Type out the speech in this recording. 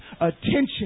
attention